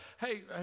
hey